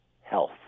health